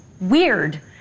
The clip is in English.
weird